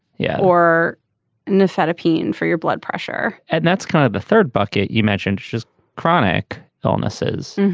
yeah. or in the fed opinion for your blood pressure and that's kind of a third bucket you mentioned it's just chronic illnesses.